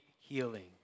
healing